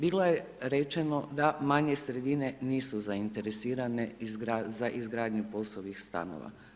Bilo je rečeno da manje sredine nisu zainteresirane za izgradnju POS-ovih stanova.